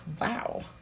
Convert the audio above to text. wow